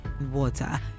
Water